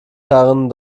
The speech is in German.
herren